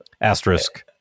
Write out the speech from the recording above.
asterisk